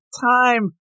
time